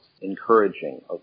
encouraging